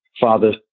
father